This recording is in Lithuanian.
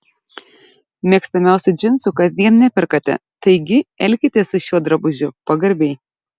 mėgstamiausių džinsų kasdien neperkate taigi elkitės su šiuo drabužiu pagarbiai